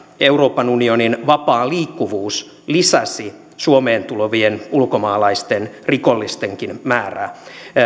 euroopan unionin vapaa liikkuvuus lisäsi suomeen tulevien ulkomaalaisten rikollistenkin määrää